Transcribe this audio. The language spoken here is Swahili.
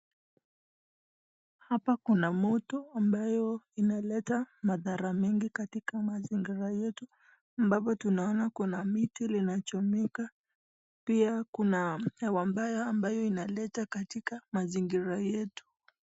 Hapa kuna mto ambao, unaleta madhara mengi katika mazingara yetu, ambapo tunaona kuna miti linalochomeka pia kuna hewa mbaya ambayo inaleta katika mazingira yetu.